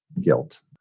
guilt